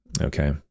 okay